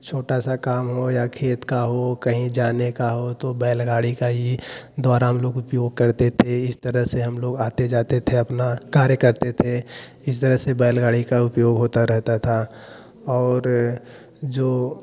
छोटा सा काम हो या खेत का हो कहीं जाने का हो तो बैलगाड़ी का ही द्वारा हम लोग उपयोग करते थे इस तरह से हम लोग आते जाते थे अपना कार्य करते थे इस तरह से बैलगाड़ी का उपयोग होता रहता था और जो